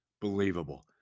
believable